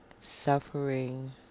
suffering